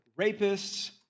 rapists